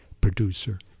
producer